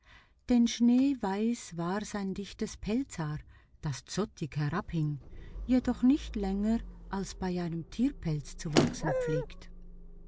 denn schneeweis war sein dichtes pelzhaar das zottig herabhing jedoch nicht länger als es bei einem tierpelz zu wachsen pflegt